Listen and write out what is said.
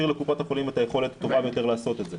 לקופות החולים את היכולת פתוחה ביותר לעשות את זה.